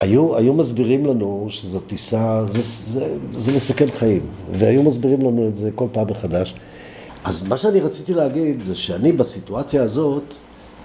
‫היו מסבירים לנו שזו טיסה, ‫זה מסכן חיים, ‫והיו מסבירים לנו את זה ‫כל פעם מחדש. ‫אז מה שאני רציתי להגיד ‫זה שאני בסיטואציה הזאת...